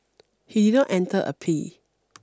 he did not enter a P